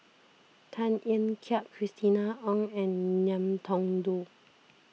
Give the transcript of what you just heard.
Tan Ean Kiam Christina Ong and Ngiam Tong Dow